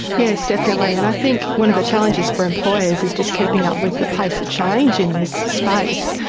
yes, definitely, and i think one of the challenges for employers is just keeping up with the pace of change in this space.